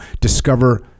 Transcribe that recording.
discover